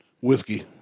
Whiskey